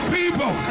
people